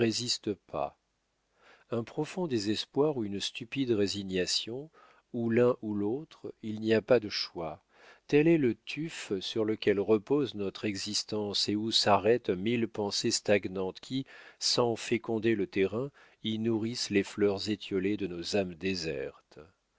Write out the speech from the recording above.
pas un profond désespoir ou une stupide résignation ou l'un ou l'autre il n'y a pas de choix tel est le tuf sur lequel repose notre existence et où s'arrêtent mille pensées stagnantes qui sans féconder le terrain y nourrissent les fleurs étiolées de nos âmes désertes